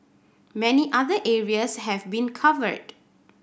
many other areas have been covered